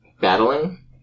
battling